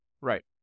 Right